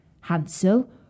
Hansel